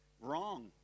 wrong